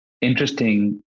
interesting